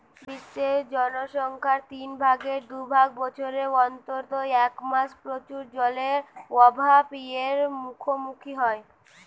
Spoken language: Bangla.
বিশ্বের জনসংখ্যার তিন ভাগের দু ভাগ বছরের অন্তত এক মাস প্রচুর জলের অভাব এর মুখোমুখী হয়